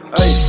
Hey